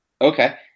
Okay